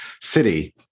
city